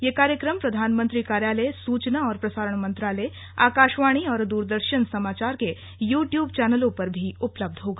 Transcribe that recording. यह कार्यक्रम प्रधानमंत्री कार्यालय सूचना और प्रसारण मंत्रालय आकाशवाणी और द्रदर्शन समाचार के यू ट्यूब चैनलों पर भी उपलब्ध होगा